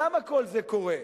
למה כל זה קורה?